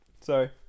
sorry